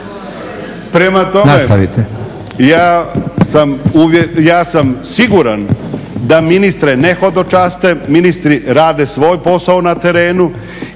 Prema tome, ja sam siguran da ministri ne hodočaste, ministri rade svoj posao na terenu